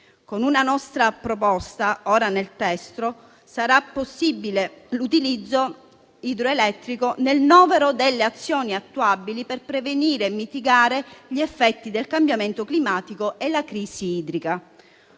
Con una nostra proposta, ora nel testo, sarà possibile l'utilizzo idroelettrico nel novero delle azioni attuabili per prevenire e mitigare gli effetti del cambiamento climatico e la crisi idrica.